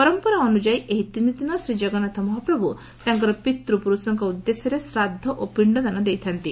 ପରମ୍ପରା ଅନୁଯାୟୀ ଏହି ତିନି ଦିନ ଶ୍ରୀଜଗନ୍ନାଥ ମହାପ୍ରଭୁ ତାଙ୍କର ପିତ୍ତପୁରୁଷଙ୍କ ଉଦ୍ଦେଶ୍ୟରେ ଶ୍ରାଦ୍ଧ ଓ ପିଶ୍ଡଦାନ ଦେଇଥା'ଡ୍ତି